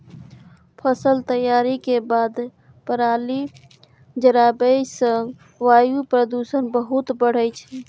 फसल तैयारी के बाद पराली जराबै सं वायु प्रदूषण बहुत बढ़ै छै